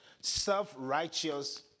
self-righteous